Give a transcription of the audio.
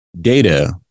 data